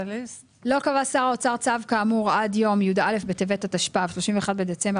לא קבע שר האוצר צו כאמור עד יום י"א בטבת התשפ"ו (31 בדצמבר